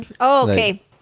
Okay